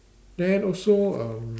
then also um